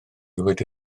wedi